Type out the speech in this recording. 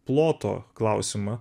ploto klausimą